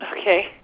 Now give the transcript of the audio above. Okay